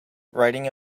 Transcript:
riding